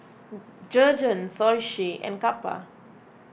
Jergens Oishi and Kappa